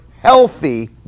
healthy